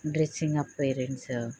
dressing appearance